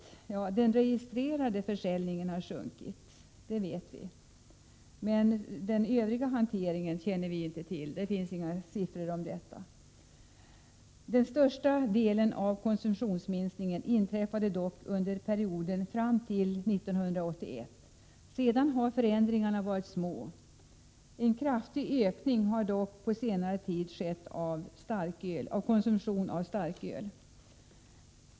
Vi vet att den registrerade försäljningen har sjunkit, men den övriga hanteringen finns det inga siffror för. Den största delen av konsumtionsminskningen inträffade under perioden fram till 1981, och sedan har förändringarna varit små. En kraftig ökning av konsumtionen av starköl har dock skett på senare tid.